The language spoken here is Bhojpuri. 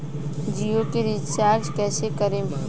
जियो के रीचार्ज कैसे करेम?